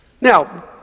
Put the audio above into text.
Now